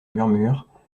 murmure